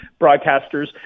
broadcasters